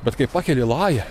bet kai pakeli lają